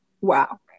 Wow